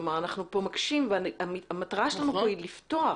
כלומר אנחנו פה מקשים והמטרה שלנו פה היא לפתוח.